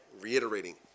reiterating